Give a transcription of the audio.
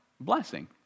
blessing